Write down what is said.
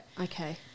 Okay